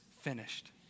finished